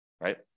right